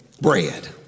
bread